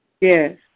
Yes